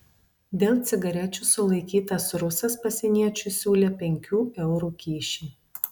dėl cigarečių sulaikytas rusas pasieniečiui siūlė penkių eurų kyšį